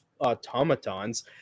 automatons